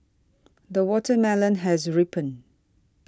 the watermelon has ripened